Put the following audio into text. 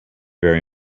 very